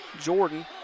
Jordan